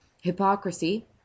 Hypocrisy